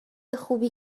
خوبی